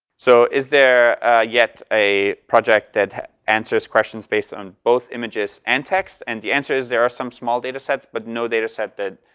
so is there yet a project that answers questions based on both images and text, and the answer is there are some small datasets, but no dataset that.